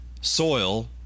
soil